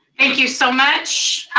thank you so much.